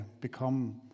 become